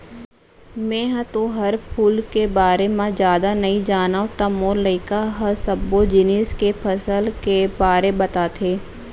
मेंहा तो फर फूल के बारे म जादा नइ जानव त मोर लइका ह सब्बो जिनिस के फसल के बारे बताथे